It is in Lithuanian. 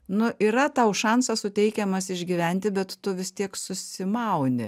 nu yra tau šansas suteikiamas išgyventi bet tu vis tiek susimauni